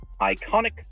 iconic